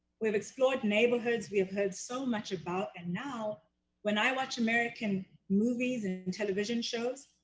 we've explored neighborhoods we've heard so much about, and now when i watch american movies and and television shows,